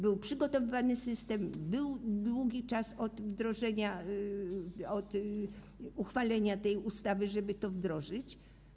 Był przygotowywany system, był długi czas od uchwalenia tej ustawy, żeby to wdrożyć.